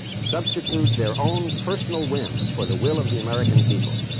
substitute their own personal whim for the will of the american people.